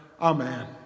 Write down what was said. Amen